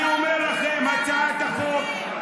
אני אומר לכם: הצעת החוק,